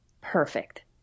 Perfect